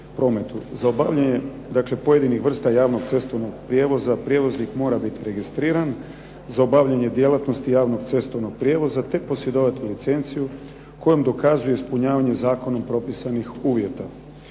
Za obavljanje pojedinih vrsta javnog cestovnog prijevoza, prijevoznik mora biti registriran za obavljanje djelatnosti javnog cestovnog prijevoza te posjedovati licenciju kojom dokazuje ispunjavanje zakonom propisanih uvjeta.